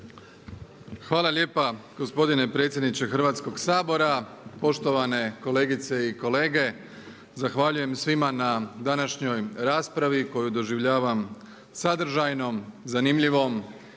Hvala lijepa gospodine predsjedniče Hrvatskoga sabora, poštovane kolegice i kolege. Zahvaljujem svima na današnjoj raspravi koju doživljavam sadržajnom, zanimljivom.